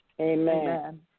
Amen